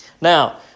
Now